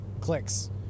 clicks